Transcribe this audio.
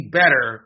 better